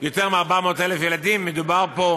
יותר מ-400,000 ילדים, מדובר פה